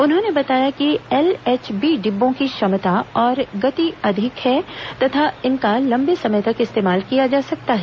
उन्होंने बताया कि एलएचबी डिब्बों की क्षमता और गति अधिक है तथा इनका लंबे समय तक इस्तेमाल किया जा सकता है